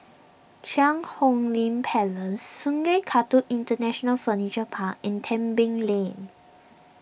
Cheang Hong Lim Place Sungei Kadut International Furniture Park and Tebing Lane